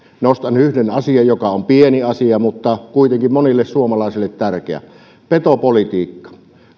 nostan yhden asian joka on pieni asia mutta kuitenkin monille suomalaisille tärkeä petopolitiikka